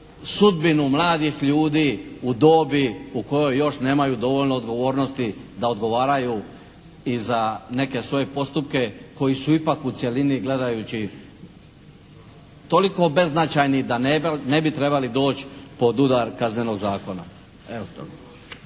sudbinu mladih ljudi u dobi u kojoj još nemaju dovoljno odgovornosti da odgovaraju i za neke svoje postupke koji su ipak u cjelini gledajući toliko beznačajni da ne bi trebali doći pod udar Kaznenog zakona. Evo, toliko.